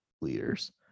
leaders